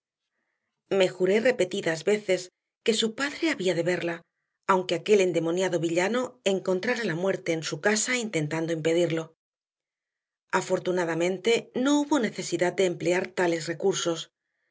me juré repetidas veces que su padre había de verla aunque aquel endemoniado villano encontrara la muerte en su casa intentando impedirlo afortunadamente no hubo necesidad de emplear tales recursos